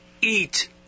eat